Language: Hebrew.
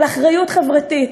על אחריות חברתית,